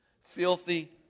Filthy